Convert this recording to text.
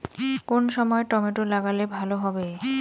কোন সময় টমেটো লাগালে ভালো হবে?